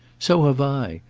so have i.